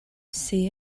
see